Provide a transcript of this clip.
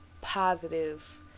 positive